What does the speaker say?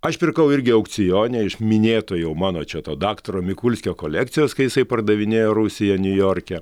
aš pirkau irgi aukcione iš minėto jau mano čia to daktaro mikulskio kolekcijos kai jisai pardavinėjo rusiją niujorke